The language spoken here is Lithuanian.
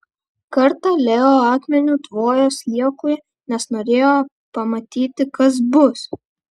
kartą leo akmeniu tvojo sliekui nes norėjo pamatyti kas bus